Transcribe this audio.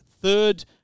third